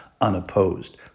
unopposed